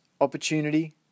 opportunity